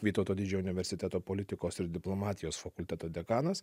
vytauto didžiojo universiteto politikos ir diplomatijos fakulteto dekanas